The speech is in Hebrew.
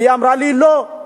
היא אמרה לי: לא.